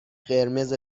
قرمز